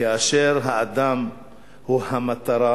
כאשר האדם הוא המטרה,